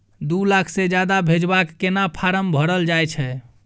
दू लाख से ज्यादा भेजबाक केना फारम भरल जाए छै?